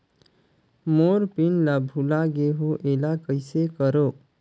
मोर PIN ला भुला गे हो एला कइसे करो?